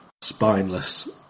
spineless